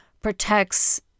protects